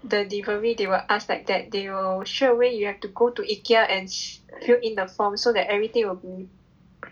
the delivery they will ask like that they will straight away you have to go to Ikea and fill in the form so that everything will be